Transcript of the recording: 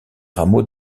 rameaux